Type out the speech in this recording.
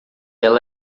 ela